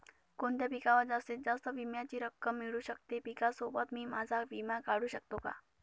कोणत्या पिकावर जास्तीत जास्त विम्याची रक्कम मिळू शकते? पिकासोबत मी माझा विमा काढू शकतो का?